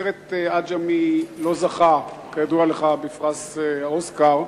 הסרט "עג'מי" לא זכה, כידוע לך, בפרס האוסקר,